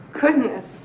Goodness